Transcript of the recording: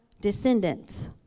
descendants